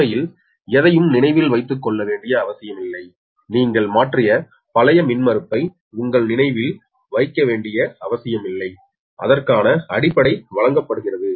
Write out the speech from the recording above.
உண்மையில் எதையும் நினைவில் வைத்துக் கொள்ள வேண்டிய அவசியமில்லை நீங்கள் மாற்றிய பழைய மின்மறுப்பை உங்கள் நினைவில் வைக்க வேண்டிய அவசியமில்லை அதற்கான அடிப்படை வழங்கப்படுகிறது